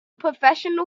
professional